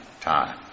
time